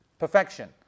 Perfection